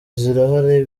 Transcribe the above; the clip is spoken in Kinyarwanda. zirahari